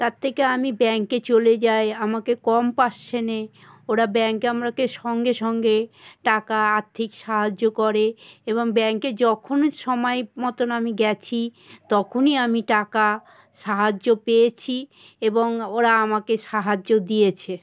তার থেকে আমি ব্যাঙ্কে চলে যাই আমাকে কম পার্সেন্টে ওরা ব্যাঙ্কে আমাকে সঙ্গে সঙ্গে টাকা আর্থিক সাহায্য করে এবং ব্যাঙ্কে যখনই সময় মতন আমি গেছি তখনই আমি টাকা সাহায্য পেয়েছি এবং ওরা আমাকে সাহায্য দিয়েছে